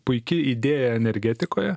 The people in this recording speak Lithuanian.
puiki idėja energetikoje